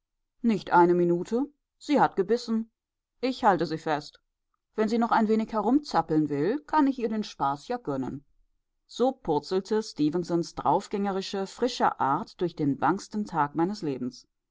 nicht eine minute sie hat gebissen ich halte sie fest wenn sie noch ein wenig herumzappeln will kann ich ihr den spaß ja gönnen so purzelte stefensons draufgängerische frische art durch den bangsten tag meines lebens